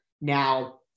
Now